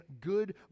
good